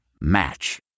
Match